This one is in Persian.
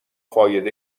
فایده